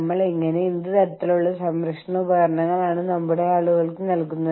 ഇപ്പോൾ ഈ ദിവസങ്ങളിൽ നിങ്ങൾ അത് അപൂർവ്വമായി മാത്രമാണ് കാണുന്നത്